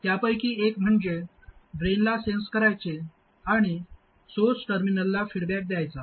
त्यापैकी एक म्हणजे ड्रेनला सेन्स करायचे आणि सोर्स टर्मिनलला फीडबॅक द्यायचा